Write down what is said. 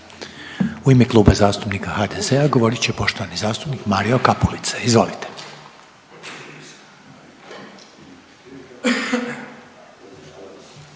U ime Kluba zastupnika HDZ-a govorit će poštovani zastupnik Pero Ćosić. Izvolite.